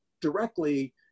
directly